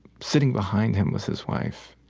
sitting behind him, was his wife.